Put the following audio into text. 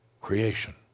creation